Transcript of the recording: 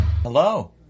Hello